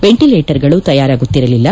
ವೆಂಟಲೇಟರ್ಗಳು ತಯಾರಾಗುತ್ತಿರಲಿಲ್ಲ